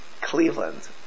Cleveland